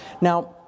Now